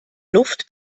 luft